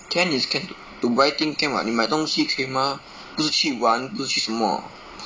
can is can to buy thing can [what] 你买东西可以 mah 不是去玩不是去什么